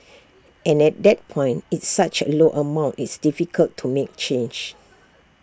and at that point it's such A low amount it's difficult to make change